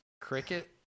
Cricket